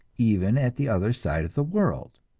even at the other side of the world.